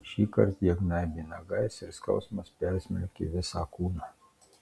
šįkart jie gnaibė nagais ir skausmas persmelkė visą kūną